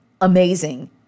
amazing